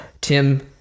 Tim